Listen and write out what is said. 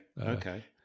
Okay